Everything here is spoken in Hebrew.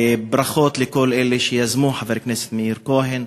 ברכות לכל אלה שיזמו, חבר הכנסת מאיר כהן,